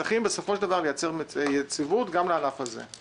צריך בסופו של דבר לייצר יציבות גם לענף הזה.